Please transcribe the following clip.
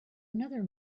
another